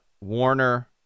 Warner